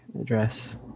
address